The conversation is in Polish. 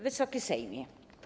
Wysoki Sejmie!